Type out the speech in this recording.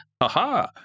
Aha